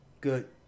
good